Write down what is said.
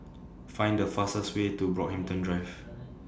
Find The fastest Way to Brockhampton Drive